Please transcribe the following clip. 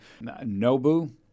Nobu